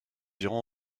irons